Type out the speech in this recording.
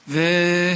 אותי,